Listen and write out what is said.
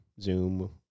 Zoom